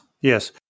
yes